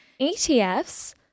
ETFs